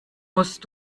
musst